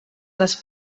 les